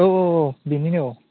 औ औ औ बेनिनो औ